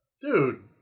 Dude